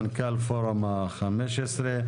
מנכ"ל פורום ה-15.